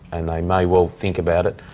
and they may well think about it,